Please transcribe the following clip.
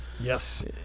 Yes